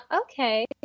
Okay